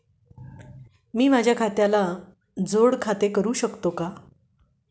मी माझ्या खात्याला जोड खाते करू शकतो का?